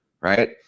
Right